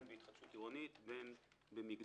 בהתחדשות עירונית ובמגדלים.